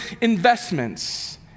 investments